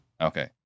Okay